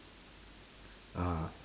ah